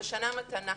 זו שנה מתנה.